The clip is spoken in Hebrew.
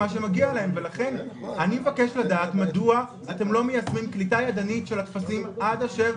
מדוע אתם לא מיישמים קליטה ידנית של הטפסים עד אשר